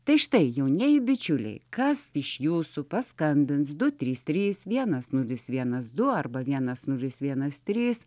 tai štai jaunieji bičiuliai kas iš jūsų paskambins du trys trys vienas nulis vienas du arba vienas nulis vienas trys